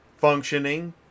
functioning